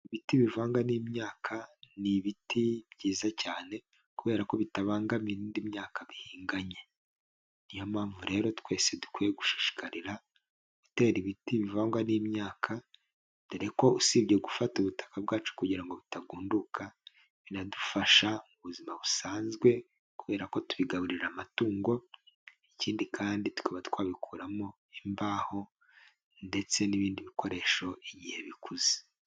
Ibiti bivangwa n'imyaka ni ibiti byiza cyane kubera ko bitabangamira indi myaka bihinganye, niyo mpamvu rero twese dukwiye gushishikarira gutera ibiti bivangwa n'imyaka dore ko usibye gufata ubutaka bwacu kugira ngo bitagunduka, binadufasha mu buzima busanzwe kubera ko tubigaburira amatungo ikindi kandi tukaba twabikoramo imbaho ndetse n'ibindi bikoresho igihe bikuze.